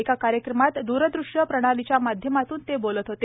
एका कार्यक्रमात द्रदृश्य प्रणालीच्या माध्यमातून ते बोलत होते